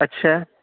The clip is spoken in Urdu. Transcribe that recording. اچھا